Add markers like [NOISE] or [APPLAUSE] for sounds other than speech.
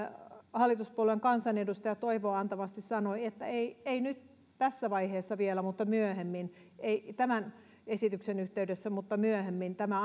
hallituspuolueen kansanedustaja toivoa antavasti sanoi että ei ei tässä vaiheessa vielä mutta myöhemmin ei tämän esityksen yhteydessä mutta myöhemmin tämä [UNINTELLIGIBLE]